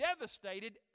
devastated